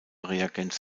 reagenz